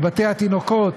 מבתי-התינוקות,